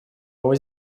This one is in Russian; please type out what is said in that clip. новой